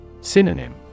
Synonym